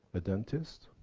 a dentist.